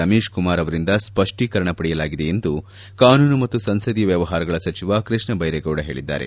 ರಮೇಶ್ ಕುಮಾರ್ ಅವರಿಂದ ಸ್ಪಷ್ಟೀಕರಣ ಪಡೆಯಲಾಗಿದೆ ಎಂದು ಕಾನೂನು ಮತ್ತು ಸಂಸದೀಯ ವ್ಯವಹಾರಗಳ ಸಚಿವಕೃಷ್ಣ ಬೈರೇಗೌಡ ಹೇಳಿದ್ದಾರೆ